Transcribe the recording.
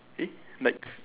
eh like